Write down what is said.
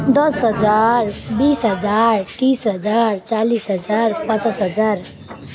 दस हजार बिस हजार तिस हजार चालिस हजार पचास हजार